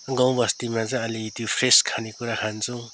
गाउँ बस्तीमा चाहिँ अलिकति फ्रेस खानेकुरा खान्छौँ